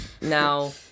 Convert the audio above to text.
Now